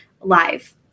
live